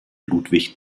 ludwig